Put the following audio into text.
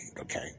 Okay